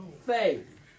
faith